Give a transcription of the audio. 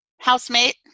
housemate